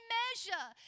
measure